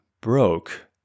broke